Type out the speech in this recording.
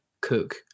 Cook